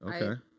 Okay